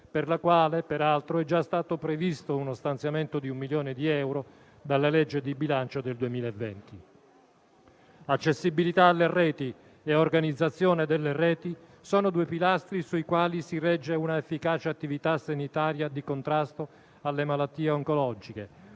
per la quale peraltro è già stato previsto uno stanziamento di un milione di euro dalla legge di bilancio del 2020. Accessibilità alle reti e organizzazione delle reti sono due pilastri sui quali si regge un'efficace attività sanitaria di contrasto alle malattie oncologiche,